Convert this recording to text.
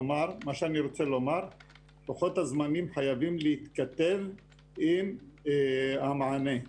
כלומר, לוחות הזמנים חייבים להתכתב עם המענה.